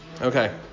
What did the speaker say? Okay